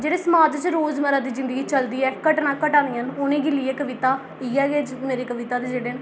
जेह्ड़े समाज च रोजमर्रा दी जिंदगी चलदी ऐ घटना घटै दियां न उ'नें गी लेइयै कविता इ'यै दे च मेरी कविता दे जेह्ड़े न